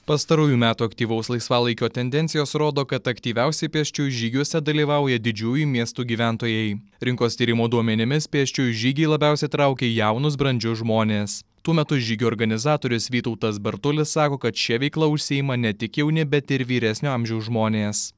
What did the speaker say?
pastarųjų metų aktyvaus laisvalaikio tendencijos rodo kad aktyviausiai pėsčiųjų žygiuose dalyvauja didžiųjų miestų gyventojai rinkos tyrimo duomenimis pėsčiųjų žygiai labiausiai traukia jaunus brandžius žmones tuo metu žygio organizatorius vytautas bartulis sako kad šia veikla užsiima ne tik jauni bet ir vyresnio amžiaus žmonės